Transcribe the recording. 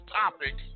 topic